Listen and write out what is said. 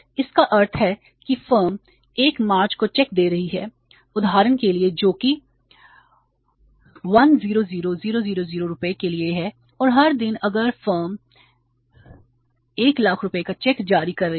इसका अर्थ है कि फर्म 1 मार्च को चेक दे रही है उदाहरण के लिए जो कि 100000 रुपये के लिए है और हर दिन अगर फर्म 100000 रुपये का चेक जारी कर रही है